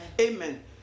amen